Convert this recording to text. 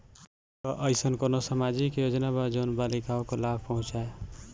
का अइसन कोनो सामाजिक योजना बा जोन बालिकाओं को लाभ पहुँचाए?